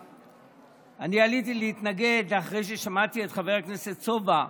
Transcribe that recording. אני עליתי להתנגד אחרי ששמעתי את חבר הכנסת סובה,